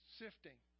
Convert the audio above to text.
sifting